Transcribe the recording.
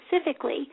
specifically